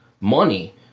money